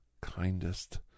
kindest